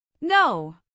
No